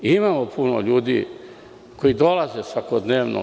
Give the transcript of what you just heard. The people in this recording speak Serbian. Imamo puno ljudi koji dolaze svakodnevno.